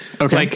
Okay